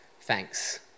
thanks